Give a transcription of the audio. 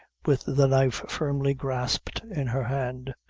with the knife firmly grasped in her hand.